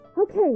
Okay